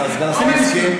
סגן השר מסכים?